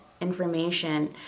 information